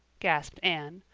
gasped anne,